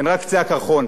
הן רק קצה הקרחון,